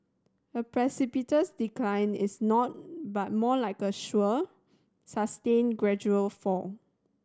a precipitous decline is not but more like a sure sustained gradual fall